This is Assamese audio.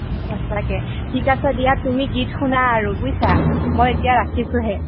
সঁচাকৈ ঠিক আছে দিয়া তুমি গীত শুনা আৰু বুইছা মই এতিয়া ৰাখিছোহে